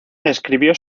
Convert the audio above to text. escribió